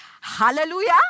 Hallelujah